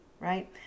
right